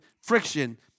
friction